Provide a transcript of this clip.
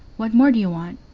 what more do you want?